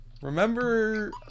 remember